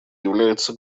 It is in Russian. является